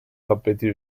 tappeti